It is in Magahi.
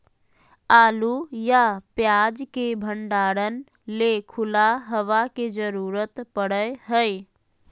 आलू या प्याज के भंडारण ले खुला हवा के जरूरत पड़य हय